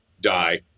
die